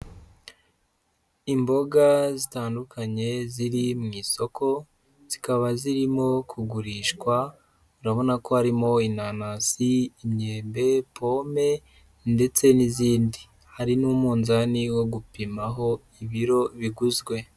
Imboga zitandukanye ziri mu isoko zikaba zirimo kugurishwa, urabona ko harimo inanasi, imyembe, pome ndetse n'izindi. Hari n'umuzani wo gupimaho ibiro biguzwe.